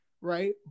right